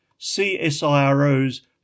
CSIRO's